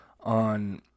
on